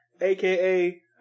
aka